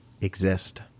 exist